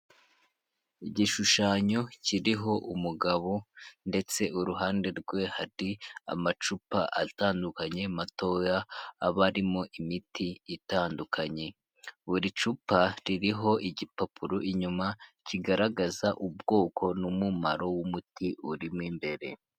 Igishushanyo kiriho umugabo ndetse uruhande rwe hari amacupa atandukanye matoya, aba abarimo imiti itandukanye, buri cupa ririho igipapuro inyuma kigaragaza ubwoko n'umumaro w'umuti urimo imbere.